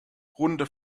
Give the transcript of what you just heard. runde